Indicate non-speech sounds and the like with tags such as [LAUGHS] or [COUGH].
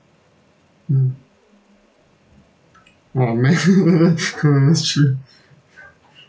mm !wah! man [LAUGHS] that's true